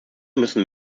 müssen